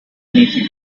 anything